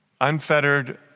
unfettered